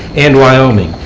and wyoming.